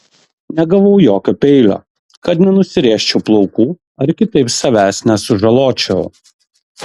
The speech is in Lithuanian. negavau jokio peilio kad nenusirėžčiau plaukų ar kitaip savęs nesužaločiau